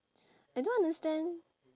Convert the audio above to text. I don't understand